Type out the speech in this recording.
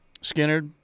skinner